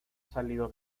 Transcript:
salido